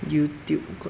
Youtube